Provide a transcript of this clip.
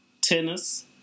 Tennis